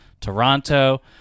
Toronto